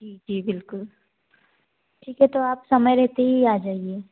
जी जी बिल्कुल ठीक है तो आप समय रहते ही आ जाइए